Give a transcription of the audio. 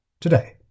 Today